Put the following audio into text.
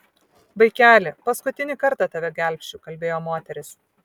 vaikeli paskutinį kartą tave gelbsčiu kalbėjo moteris